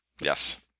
Yes